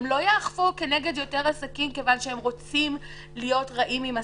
הן לא יאכפו כנגד יותר עסקים כיון שהם רוצים להיות רעים עם עסקים,